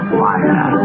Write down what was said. fire